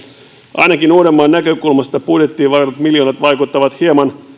ainakin uudenmaan näkökulmasta budjettiin varatut miljoonat vaikuttavat hieman